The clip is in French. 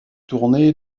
tourné